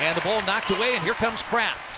and the ball knocked away. and here comes craft.